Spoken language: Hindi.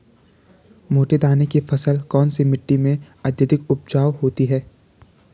मोटे दाने की फसल कौन सी मिट्टी में अत्यधिक उपजाऊ होती है?